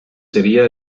sería